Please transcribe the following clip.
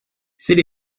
c’est